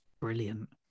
brilliant